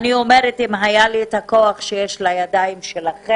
אני אומרת שאם היה לי את הכוח שיש בידיים שלכם,